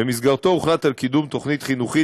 ובמסגרתו הוחלט על קידום תוכנית חינוכית